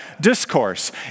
Discourse